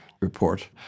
report